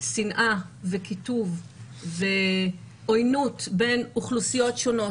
שנאה וקיטוב בין אוכלוסיות שונות,